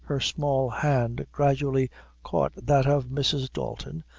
her small hand gradually caught that of mrs. dalton,